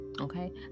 Okay